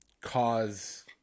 cause